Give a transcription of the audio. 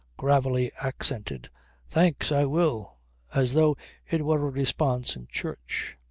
gravely accented thanks, i will as though it were a response in church.